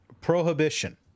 prohibition